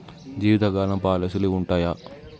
జీవితకాలం పాలసీలు ఉంటయా?